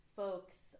folks